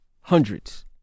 hundreds